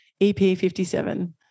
EP57